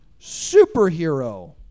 Superhero